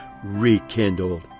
rekindled